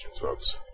folks